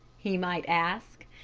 he might ask.